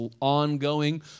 ongoing